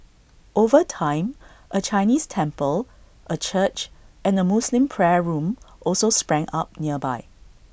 over time A Chinese temple A church and A Muslim prayer room also sprang up nearby